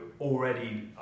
already